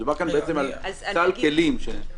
מדובר כאן על סל כלים.